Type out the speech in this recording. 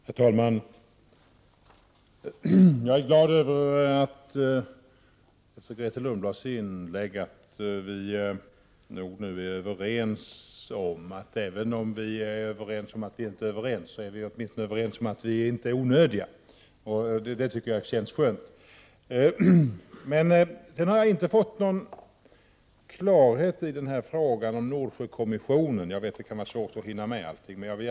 Herr talman! Jag är glad över Grethe Lundblads inlägg. Såvitt jag förstår är vi nu — även om vi är införstådda med att vi har olika uppfattningar — åtminstone överens om att våra insatser inte är onödiga, och det känns skönt. Jag har inte riktigt kommit till klarhet i fråga om Nordsjökommissionen. Jag är medveten om att det kan vara svårt att hinna med att ta upp alla saker.